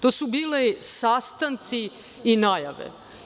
To su bili sastanci i najave.